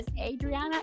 Adriana